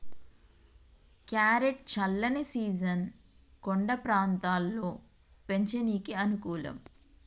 carrot చల్లని season కొండ ప్రాంతంలో పెంచనీకి అనుకూలం